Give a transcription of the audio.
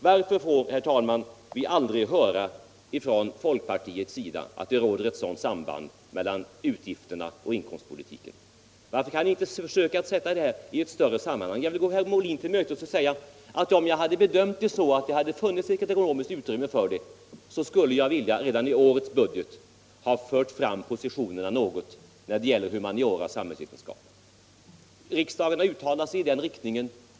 Varför får vi, herr talman, aldrig höra från folkpartiet att det råder ett sådant samband mellan utgifts och inkomstpolitiken? Varför kan ni inte försöka sätta in det här i ett större sammanhang? Jag vill gå herr Molin till mötes och säga, att om jag hade bedömt det så, att det funnits ckonomiskt utrymme, skulle jag redan i årets budget ha fört fram positionerna något när det gäller humaniora och samhällsvetenskap. Riksdagen har uttalat sig i den riktningen.